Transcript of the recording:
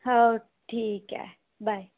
हो ठीक आहे बाय